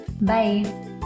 Bye